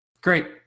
Great